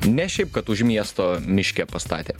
ne šiaip kad už miesto miške pastatė